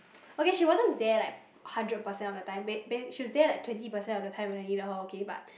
okay she wasn't there like hundred percent of the time bu~ maybe she's there like twenty percent of the time when I needed her okay but